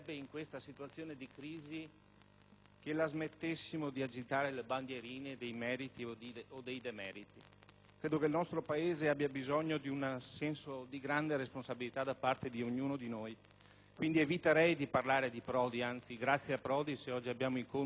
crisi la smettessimo di agitare le bandierine dei meriti o dei demeriti; credo che il nostro Paese abbia bisogno di un senso di grande responsabilità da parte di ognuno di noi. Pertanto eviterei di parlare di Prodi; anzi, è grazie a Prodi se oggi abbiamo i conti messi meglio di come